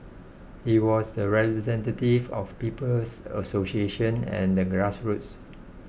he was the representative of People's Association and the grassroots